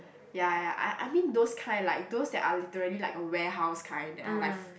ya ya ya I I mean those kind like those that are literally like a warehouse kind that are like f~